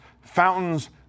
fountains